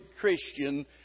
Christian